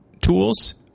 tools